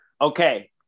okay